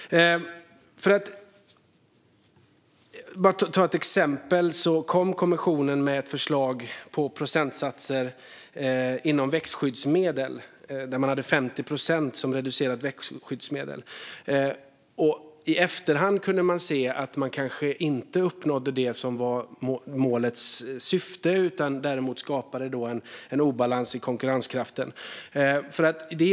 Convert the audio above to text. För att ta ett exempel kom kommissionen med ett förslag på procentsatser inom växtskyddsmedel, där man hade 50 procent reducerat växtskyddsmedel. I efterhand kunde man se att man kanske inte uppnådde det som var målets syfte, utan tvärtom skapade en obalans i konkurrenskraften.